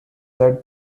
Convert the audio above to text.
led